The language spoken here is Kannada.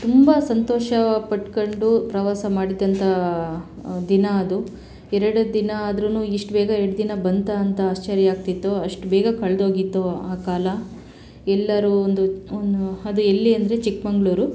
ತುಂಬ ಸಂತೋಷ ಪಟ್ಕೊಂಡು ಪ್ರವಾಸ ಮಾಡಿದ್ದಂಥ ದಿನ ಅದು ಎರಡು ದಿನ ಆದ್ರು ಇಷ್ಟು ಬೇಗ ಎರಡು ದಿನ ಬಂತಾ ಅಂತ ಆಶ್ಚರ್ಯ ಆಗ್ತಿತ್ತು ಅಷ್ಟು ಬೇಗ ಕಳೆದೋಗಿತ್ತು ಆ ಕಾಲ ಎಲ್ಲರೂ ಒಂದು ಒಂದು ಅದು ಎಲ್ಲಿ ಅಂದರೆ ಚಿಕ್ಮಗ್ಳೂರು